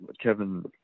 Kevin